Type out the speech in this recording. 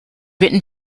written